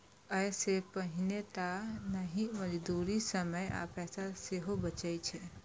अय से पानिये टा नहि, मजदूरी, समय आ पैसा सेहो बचै छै